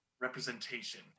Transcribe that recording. representation